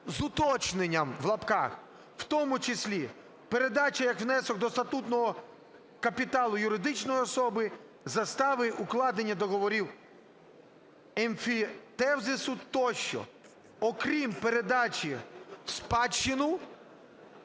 з уточненням в лапках: "(в тому числі передача як внесок до статутного капіталу юридичної особи, застава, укладання договорів емфітевзису тощо) окрім передання у спадщину,